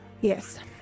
yes